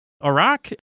Iraq